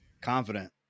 confident